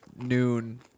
noon